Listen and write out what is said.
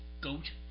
goat